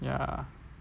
ya